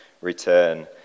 Return